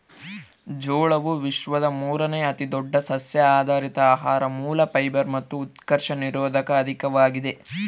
ಜೋಳವು ವಿಶ್ವದ ಮೂರುನೇ ಅತಿದೊಡ್ಡ ಸಸ್ಯಆಧಾರಿತ ಆಹಾರ ಮೂಲ ಫೈಬರ್ ಮತ್ತು ಉತ್ಕರ್ಷಣ ನಿರೋಧಕ ಅಧಿಕವಾಗಿದೆ